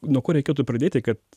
nuo ko reikėtų pradėti kad